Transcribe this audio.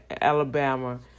Alabama